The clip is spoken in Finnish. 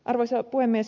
arvoisa puhemies